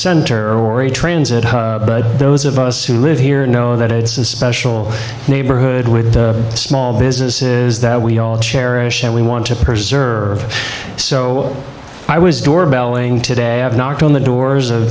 center or a transit but those of us who live here know that it's a special neighborhood with small businesses that we all cherish and we want to preserve so i was door belling today have knocked on the doors of